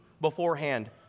beforehand